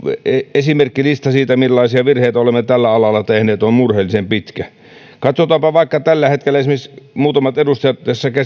esimerkkilista siitä millaisia virheitä olemme tällä alalla tehneet on murheellisen pitkä katsotaanpa vaikka tällä hetkellä esimerkiksi muutamat edustajat